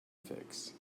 fix